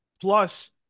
plus